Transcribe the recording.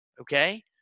Okay